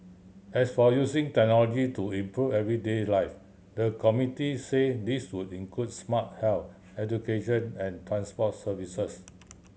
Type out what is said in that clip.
as for using technology to improve everyday life the committee said this could include smart health education and transport services